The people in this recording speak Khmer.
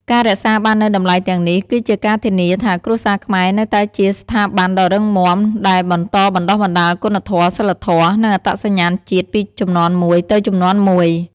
ការរក្សាបាននូវតម្លៃទាំងនេះ គឺជាការធានាថាគ្រួសារខ្មែរនៅតែជា ស្ថាប័នដ៏រឹងមាំ ដែលបន្តបណ្ដុះបណ្ដាលគុណធម៌ សីលធម៌ និងអត្តសញ្ញាណជាតិពីជំនាន់មួយទៅជំនាន់មួយ។